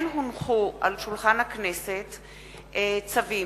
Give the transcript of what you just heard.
כן הונחו על שולחן הכנסת צווים: